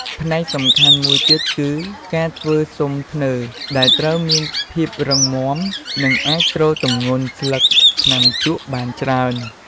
ផ្នែកសំខាន់មួយទៀតគឺ ការធ្វើស៊ុមធ្នើរ ដែលត្រូវមានភាពរឹងមាំ និងអាចទ្រទម្ងន់ស្លឹកថ្នាំជក់បានច្រើន។